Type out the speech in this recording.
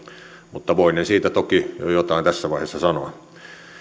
mutta voinen siitä toki jo jotain tässä vaiheessa sanoa